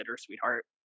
sweetheart